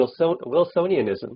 Wilsonianism